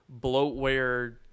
bloatware